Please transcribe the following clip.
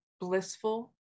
blissful